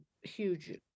huge